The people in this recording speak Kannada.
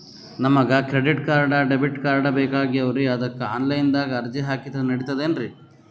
ನಮಗ ಕ್ರೆಡಿಟಕಾರ್ಡ, ಡೆಬಿಟಕಾರ್ಡ್ ಬೇಕಾಗ್ಯಾವ್ರೀ ಅದಕ್ಕ ಆನಲೈನದಾಗ ಅರ್ಜಿ ಹಾಕಿದ್ರ ನಡಿತದೇನ್ರಿ?